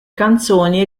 canzoni